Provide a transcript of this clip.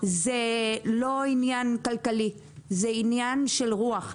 זה לא עניין כלכלי אלא עניין של רוח.